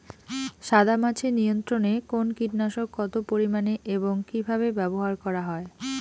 সাদামাছি নিয়ন্ত্রণে কোন কীটনাশক কত পরিমাণে এবং কীভাবে ব্যবহার করা হয়?